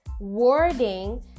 wording